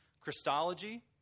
Christology